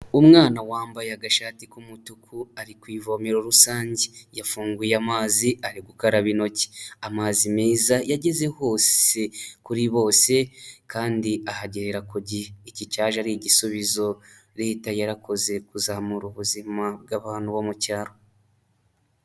Umwana wambaye agashati k'umutuku ari ku ivomero rusange, yafunguye amazi ari gukaraba intoki, amazi meza yageze hose kuri bose kandi ahagerera ku gihe, iki cyaje ari igisubizo Leta yarakoze kuzamura ubuzima bw'abantu bo mu cyaro.